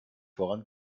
voran